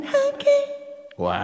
Wow